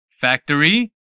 Factory